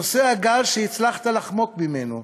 נושא הגז, שהצלחת לחמוק ממנו.